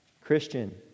Christian